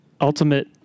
ultimate